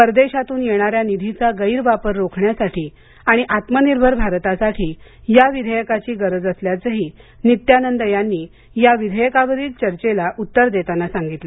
परदेशातून येणाऱ्या निधीचा गैरवापर रोखण्यासाठी आणि आत्मनिर्भर भारतासाठी या विधेयकाची गरज असल्याचंही नित्यानंद यांनी या विधेयकावरील चर्चेला उत्तर देताना सांगितलं